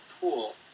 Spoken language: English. pool